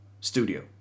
studio